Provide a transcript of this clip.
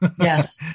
Yes